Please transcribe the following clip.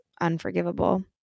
unforgivable